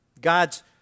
God's